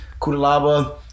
Kudalaba